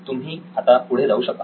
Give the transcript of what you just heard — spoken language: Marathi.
तुम्ही आता पुढे जाऊ शकता